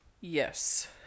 Yes